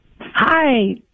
Hi